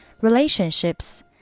relationships